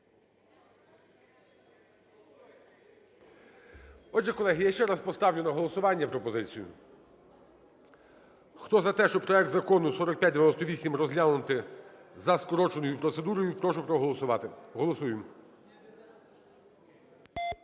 Отже, колеги, я ще раз поставлю на голосування пропозицію. Хто за те, щоб проект Закону 4598 розглянути за скороченою процедурою, прошу проголосувати. Голосуємо.